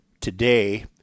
today